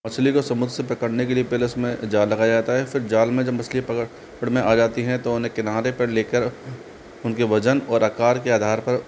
मछली को समझ से पकड़ने के लिए पहले उसमें जाल लगाया जाता है फ़िर जाल में जब मछली पकड़ पकड़ में आ जाती है तो उन्हें किनारे पर लेकर उनके वजन और आकर के आधार पर